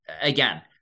again